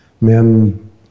men